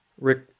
Rick